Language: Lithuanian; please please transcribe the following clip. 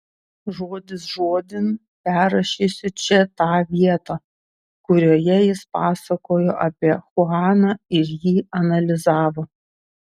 žodis žodin perrašysiu čia tą vietą kurioje jis pasakojo apie chuaną ir jį analizavo